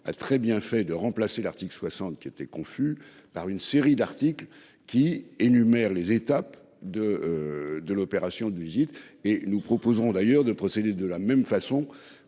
a très bien fait de remplacer l'article 60 qui était confus par une série d'articles qui énumère les étapes de. De l'opération de visite et nous proposerons d'ailleurs de procéder de la même façon